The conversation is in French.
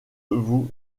vous